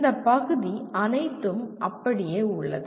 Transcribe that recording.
இந்த பகுதி அனைத்தும் அப்படியே உள்ளது